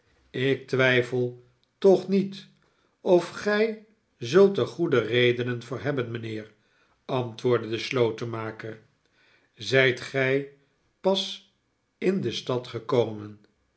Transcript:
ik twijfel toch niet of gij zult er goede redenen voor hebben rnijnheer antwoordde de slotenmaker zijt gij pas in de stad gekomen